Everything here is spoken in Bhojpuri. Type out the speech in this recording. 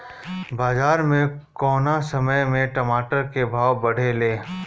बाजार मे कौना समय मे टमाटर के भाव बढ़ेले?